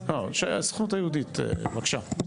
עם הסוכנות היהודית, בבקשה.